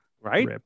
Right